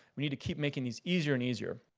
we need to keep making these easier and easier.